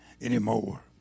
anymore